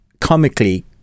comically